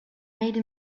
made